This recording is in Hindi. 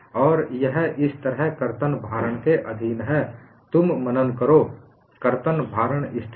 और यह इस तरह कर्तन भारण के अधीन है तुम मनन करो कर्तन भारण स्थिर है